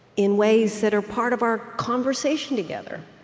in ways that are part of our conversation together?